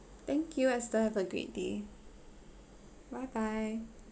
thank you wish you have a great day bye bye